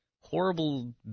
horrible